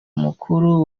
mukuru